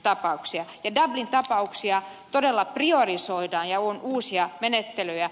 ja dublin tapauksia todella priorisoidaan ja on uusia menettelyjä